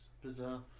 Bizarre